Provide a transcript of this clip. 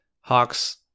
Hawks